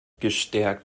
gestärkt